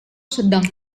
sedang